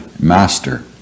master